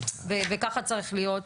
וכך צריך להיות.